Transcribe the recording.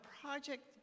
project